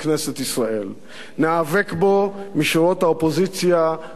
ניאבק בו משורות האופוזיציה בכל כוחנו.